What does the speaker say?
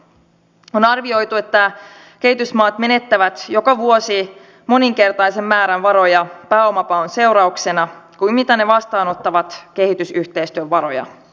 on arvioitu että kehitysmaat menettävät joka vuosi moninkertaisen määrän varoja pääomapaon seurauksena kuin mitä ne vastaanottavat kehitysyhteistyövaroja